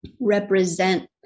represent